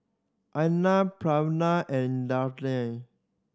Arnab Pranav and